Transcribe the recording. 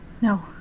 No